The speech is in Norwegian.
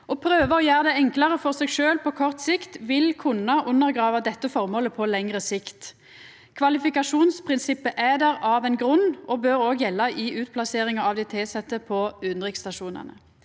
Å prøva å gjera det enklare for seg sjølv på kort sikt vil kunna undergrava dette formålet på lengre sikt. Kvalifikasjonsprinsippet er der av ein grunn og bør òg gjelda i utplasseringa av dei tilsette på utanriksstasjonane.